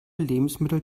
lebensmittel